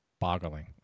boggling